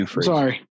Sorry